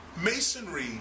Masonry